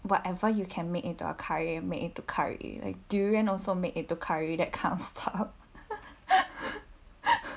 whatever you can make into a curry made into curry like durian also made into curry that kind of stuff